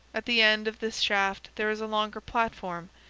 at the end of this shaft there is a longer platform,